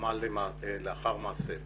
חכמה לאחר מעשה.